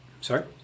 Sorry